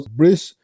bridge